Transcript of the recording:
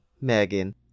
Megan